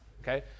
okay